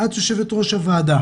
את יושבת ראש הוועדה